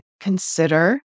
consider